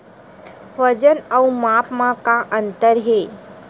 वजन अउ माप म का अंतर हे?